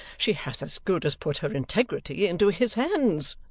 she has as good as put her integrity into his hands.